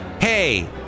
Hey